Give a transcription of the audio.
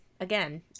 again